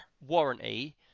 warranty